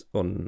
on